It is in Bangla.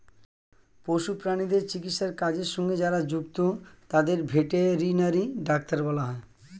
পশু প্রাণীদের চিকিৎসার কাজের সঙ্গে যারা যুক্ত তাদের ভেটেরিনারি ডাক্তার বলা হয়